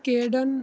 ਕੇਡਨ